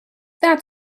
that